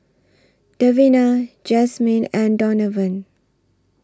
Davina Jasmyn and Donavan